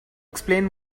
explain